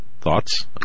Thoughts